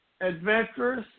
adventurous